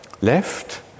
left